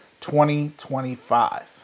2025